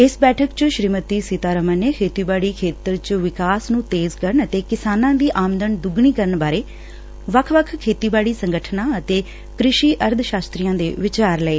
ਇਸ ਬੈਠਕ ਚ ਸ੍ਰੀਮਤੀ ਸੀਤਾਰਮਨ ਨੇ ਖੇਤੀਬਾੜੀ ਖੇਤਰ ਚ ਵਿਕਾਸ ਨੂੰ ਤੇਜ਼ ਕਰਨ ਅਤੇ ਕਿਸਾਨਾਂ ਦੀ ਆਮਦਨ ਦੁਗਣੀ ਕਰਨ ਬਾਰੇ ਵੱਖ ਵੱਖ ਖੇਤੀਬਾੜੀ ਸੰਗਠਨਾਂ ਅਤੇ ਕ੍ਰਿਸ਼ੀ ਅਰਥ ਸ਼ਾਸਤਰੀਆਂ ਦੇ ਵਿਚਾਰ ਲਏ